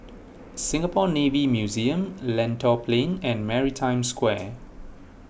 Singapore Navy Museum Lentor Plain and Maritime Square